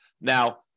Now